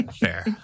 fair